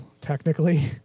technically